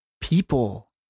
people